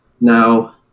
Now